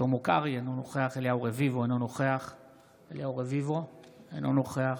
שלמה קרעי, אינו נוכח אליהו רביבו, אינו נוכח